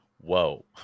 Whoa